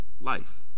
life